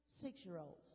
six-year-olds